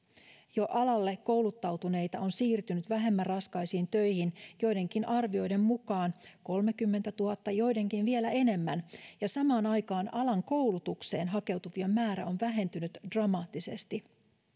jo kouluttautuneita on siirtynyt vähemmän raskaisiin töihin joidenkin arvioiden mukaan kolmekymmentätuhatta joidenkin vielä enemmän ja samaan aikaan alan koulutukseen hakeutuvien määrä on vähentynyt dramaattisesti